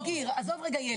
נדבר על בגיר, עזוב ילד.